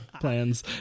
plans